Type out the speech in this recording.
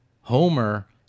Homer